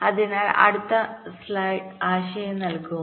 അതിനാൽ അടുത്ത സ്ലൈഡ് ഒരു ആശയം നൽകും